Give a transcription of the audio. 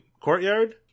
courtyard